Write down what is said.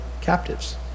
captives